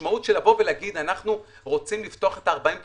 המשמעות של לבוא ולהגיד שאנחנו רוצים לפתוח את ה-40 ק"מ,